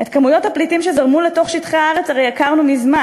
את מספר הפליטים שזרמו לתוך שטחי הארץ הרי הכרנו מזמן.